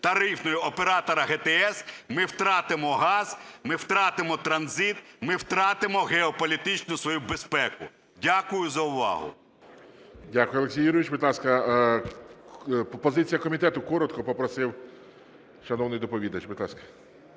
тарифною Оператора ГТС, ми втратимо газ, ми втратимо транзит, ми втратимо геополітичну свою безпеку. Дякую за увагу. ГОЛОВУЮЧИЙ. Дякую, Олексій Юрійович. Будь ласка, позиція комітету, коротко би попросив.